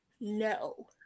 No